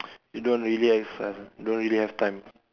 you don't really exercise ah you don't really have time